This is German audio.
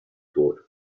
tot